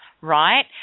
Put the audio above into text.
right